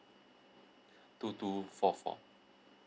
two two four four